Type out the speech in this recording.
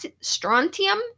Strontium